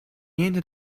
niente